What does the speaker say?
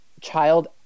child